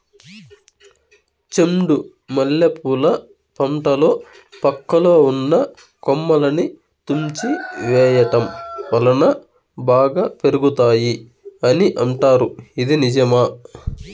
చెండు మల్లె పూల పంటలో పక్కలో ఉన్న కొమ్మలని తుంచి వేయటం వలన బాగా పెరుగుతాయి అని అంటారు ఇది నిజమా?